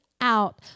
out